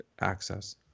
access